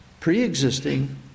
pre-existing